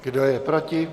Kdo je proti?